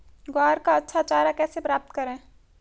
ग्वार का अच्छा चारा कैसे प्राप्त करें?